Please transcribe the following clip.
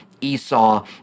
Esau